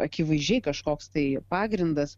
akivaizdžiai kažkoks tai pagrindas